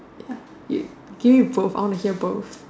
ya you give me both I want to hear both